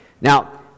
Now